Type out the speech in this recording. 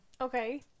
Okay